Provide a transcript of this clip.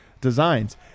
designs